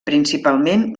principalment